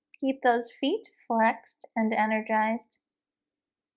keep those feet flexed and energized